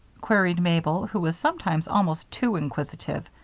queried mabel, who was sometimes almost too inquisitive,